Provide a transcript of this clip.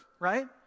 right